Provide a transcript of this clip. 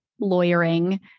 lawyering